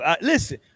listen